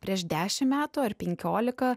prieš dešim metų ar penkiolika